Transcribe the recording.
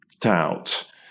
doubt